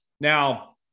Now